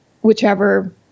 whichever